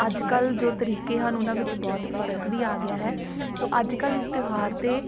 ਅੱਜ ਕੱਲ੍ਹ ਜੋ ਤਰੀਕੇ ਹਨ ਉਹਨਾਂ ਵਿੱਚ ਬਹੁਤ ਫਰਕ ਵੀ ਆ ਗਿਆ ਹੈ ਸੋ ਅੱਜ ਕੱਲ੍ਹ ਇਸ ਤਿਉਹਾਰ 'ਤੇ